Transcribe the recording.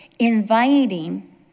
inviting